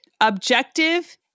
objective